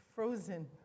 frozen